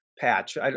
patch